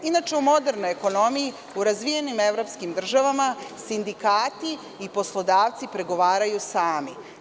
Inače, u modernoj ekonomiji, u razvijenim evropskim državama, sindikati i poslodavci pregovaraju sami.